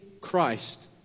Christ